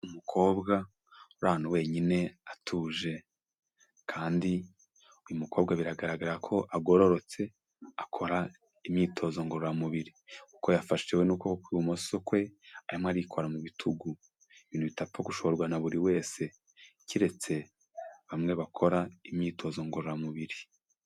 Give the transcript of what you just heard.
Umukobwa uri ahantu wenyine atuje, kandi uyu mukobwa biragaragara ko agororotse, akora imyitozo ngororamubiri. Kuko yafashwe yewe n'ukuboko kw'ibumoso kwe, arimo arikora mu bitugu. Ibintu bitapfa gushoborwa na buri wese, keretse bamwe bakora imyitozo ngororamubiri.